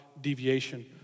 Deviation